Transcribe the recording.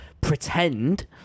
pretend